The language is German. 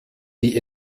die